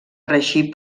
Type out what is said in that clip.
reeixir